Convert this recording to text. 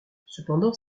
cependant